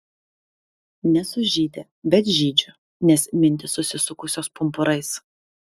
nesu žydė bet žydžiu nes mintys susisukusios pumpurais